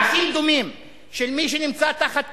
מעשים דומים של מי שנמצא תחת כיבוש,